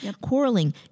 Quarreling